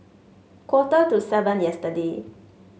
quarter to seven yesterday